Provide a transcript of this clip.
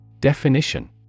Definition